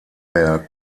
der